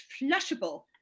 flushable